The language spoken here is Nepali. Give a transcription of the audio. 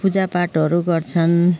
पूजापाठहरू गर्छन्